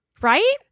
right